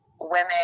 women